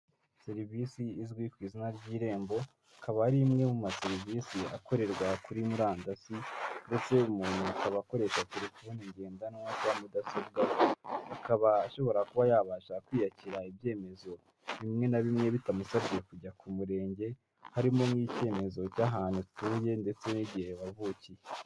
Serivisi izwi ku izina ry'Irembo, akaba ari imwe mu ma serivisi akorerwa kuri murandasi. Umuntu akoresha telefoni ngendanwa cyangwa za mudasobwa, akaba ashobora kwiyakira ibyemezo bimwe na bimwe bitamusabye kujya ku murenge, harimo n'icyemezo cy'ahantu atuye ndetse n'icy'igihe yavukiye.